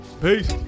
Peace